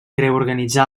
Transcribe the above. reorganitzar